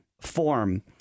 form